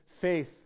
faith